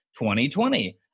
2020